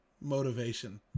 motivation